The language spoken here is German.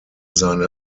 seine